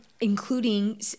including